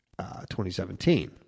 2017